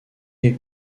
est